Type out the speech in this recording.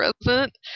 present